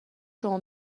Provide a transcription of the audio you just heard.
شما